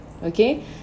Okay